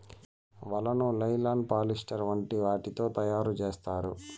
వలను nylon, polyester వంటి వాటితో తయారు చేత్తారు